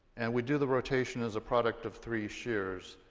and we do the rotation as a product of three shears.